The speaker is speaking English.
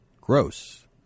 gross